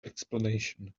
explanation